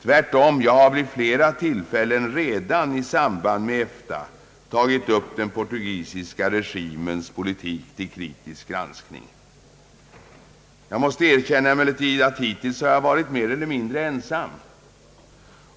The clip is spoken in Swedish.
Tvärtom, jag har redan vid flera tillfällen i EFTA-sammanhang tagit upp den portugisiska regimens politik till kritisk granskning. Jag måste emellertid erkänna att jag hittills varit mer eller mindre ensam.